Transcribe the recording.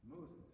Moses